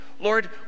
Lord